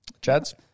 Chad's